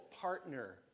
partner